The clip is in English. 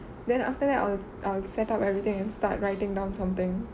then after that I'll I'll set up everything and start writing down something